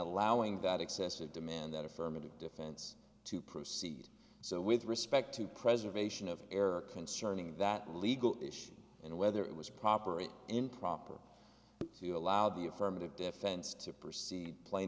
allowing that excessive demand that affirmative defense to proceed so with respect to preservation of error concerning that legal issue and whether it was properly improper so you allow the affirmative defense to proceed